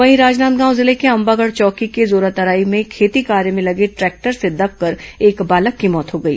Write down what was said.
वहीं राजनांदगांव जिले के अंबागढ़ चौकी के जोरातराई में खेती कार्य में लगे ट्रैक्टर से दबकर एक बालक की मौत हो गई